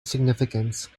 significance